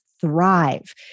thrive